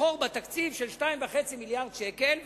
חור בתקציב של 2.5 מיליארדי שקלים.